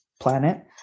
planet